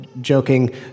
joking